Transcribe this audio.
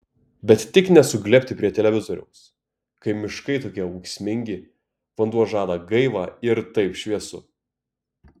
bet tik ne suglebti prie televizoriaus kai miškai tokie ūksmingi vanduo žada gaivą ir taip šviesu